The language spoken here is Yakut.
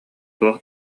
туох